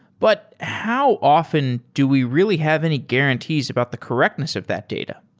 but how often do we really have any guarantees about the correctness of that data?